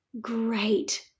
great